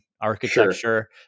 Architecture